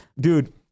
Dude